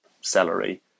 celery